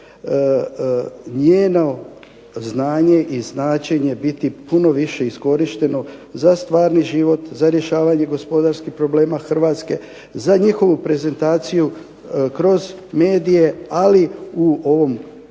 da treba njeno znanje i značenje biti puno više iskorišteno za stvarni život, za rješavanje gospodarskih problema Hrvatske, za njihovu prezentaciju kroz medije. Ali u ovom pozitivnom